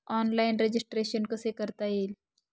Online registration कसे करता येईल?